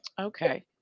Okay